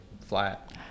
flat